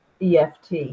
EFT